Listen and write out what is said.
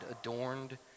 adorned